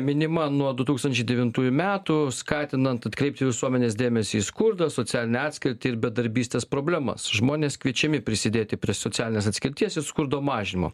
minima nuo du tūkstančiai devintųjų metų skatinant atkreipti visuomenės dėmesį į skurdą socialinę atskirtį ir bedarbystės problemas žmonės kviečiami prisidėti prie socialinės atskirties ir skurdo mažinimo